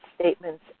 statements